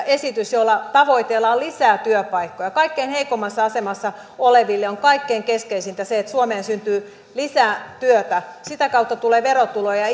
esitys jolla tavoitellaan lisää työpaikkoja kaikkein heikoimmassa asemassa oleville on kaikkein keskeisintä se että suomeen syntyy lisää työtä sitä kautta tulee verotuloja ja